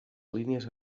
línies